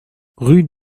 rue